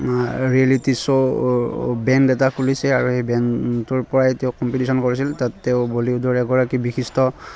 reality show band এটা খুলিছে আৰু সেই বেণ্ডটোৰ পৰাই তেওঁ কম্পিটিশ্যন কৰিছিল তাত তেওঁ বলিউডৰ এগৰাকী বিশিষ্ট